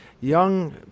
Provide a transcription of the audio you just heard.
young